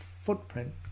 footprint